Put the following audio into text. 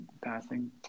passing